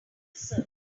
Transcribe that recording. research